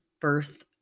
birth